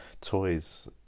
toys